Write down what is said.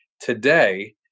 today